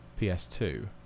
PS2